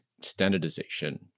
standardization